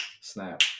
Snap